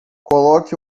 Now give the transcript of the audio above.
coloque